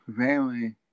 family